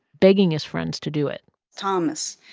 begging his friends to do it thomas,